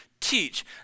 teach